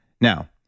Now